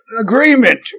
agreement